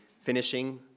finishing